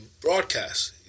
broadcast